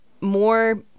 more